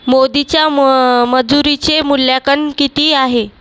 मोदींच्या मंजुरीचे मुल्यांकन किती आहे